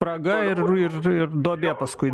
spraga ir ir ir duobė paskui